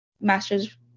master's